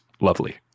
lovely